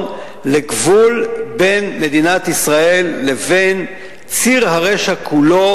לגבול בין מדינת ישראל לבין ציר הרשע כולו,